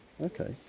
Okay